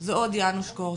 זה עוד "יאנוש קורצ'ק".